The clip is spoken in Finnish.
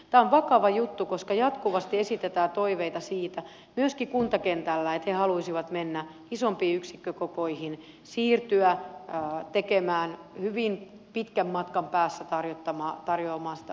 tämä on vakava juttu koska jatkuvasti esitetään toiveita siitä myöskin kuntakentällä että he haluaisivat mennä isompiin yksikkökokoihin siirtyä tarjoamaan hyvin pitkän matkan päässä sitä opetusta